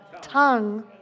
tongue